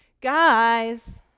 Guys